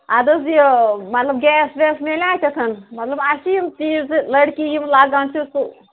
اَدٕ حظ یہِ مطلب گیس ویس میلہِ اتٮ۪تھ مطلب اَسہِ چھِ یِم چیٖز زٕ لٔڑکی یِم لَگان چھِ سُہ